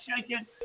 shaking